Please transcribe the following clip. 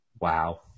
Wow